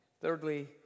Thirdly